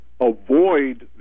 avoid